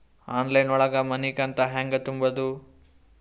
Online ಒಳಗ ಮನಿಕಂತ ಹ್ಯಾಂಗ ತುಂಬುದು?